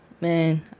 Man